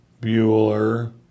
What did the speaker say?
Bueller